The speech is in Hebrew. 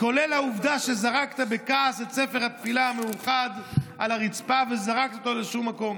כולל העובדה שזרקת בכעס את ספר התפילה המאוחד וזרקת אותו לשום מקום.